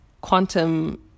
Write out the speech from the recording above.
quantum